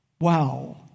Wow